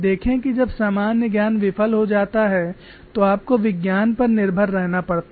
देखें कि जब सामान्य ज्ञान विफल हो जाता है तो आपको विज्ञान पर निर्भर रहना पड़ता है